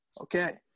okay